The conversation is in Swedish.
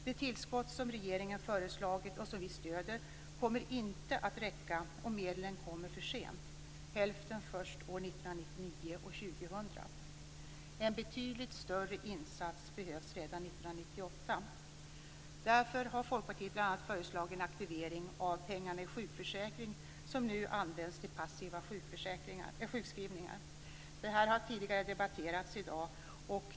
De tillskott som regeringen föreslagit, och som vi stöder, kommer inte att räcka. Medlen kommer för sent - hälften först år 1999 och 2000. En betydligt större insats behövs redan Därför har Folkpartiet bl.a. föreslagit en aktivering av pengarna i sjukförsäkringen, som nu används till passiva sjukskrivningar. Detta har debatterats tidigare i dag.